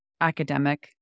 academic